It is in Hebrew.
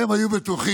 הם היו בטוחים